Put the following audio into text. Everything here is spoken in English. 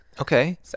Okay